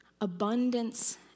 abundance